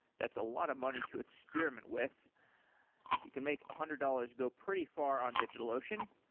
that's a lot of money to experiment with you can make hundred dollars go pretty far on digitalocean.